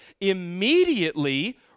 immediately